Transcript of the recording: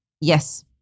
yes